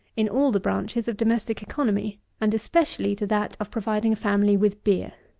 in all the branches of domestic economy and especially to that of providing a family with beer.